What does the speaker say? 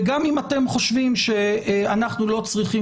וגם אם אתם חושבים שאנחנו לא צריכים